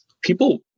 people